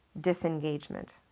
disengagement